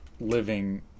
living